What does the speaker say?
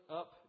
up